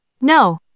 no